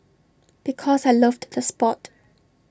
because I loved the Sport